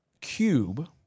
cube